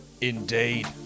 indeed